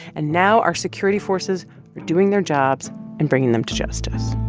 and now our security forces are doing their jobs and bringing them to justice